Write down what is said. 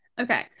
Okay